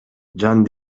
жан